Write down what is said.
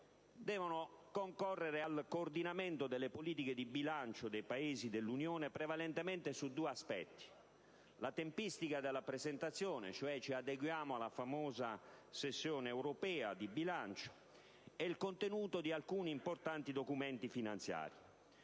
devono concorrere al coordinamento delle politiche di bilancio dei Paesi dell'Unione europea. Ciò deve avvenire prevalentemente su due aspetti: la tempistica di presentazione, ragion per cui ci adeguiamo alla famosa sessione europea di bilancio, e il contenuto di alcuni importanti documenti finanziari.